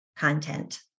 content